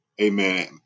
Amen